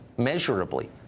measurably